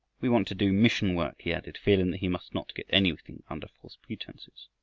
we want to do mission work, he added, feeling that he must not get anything under false pretenses.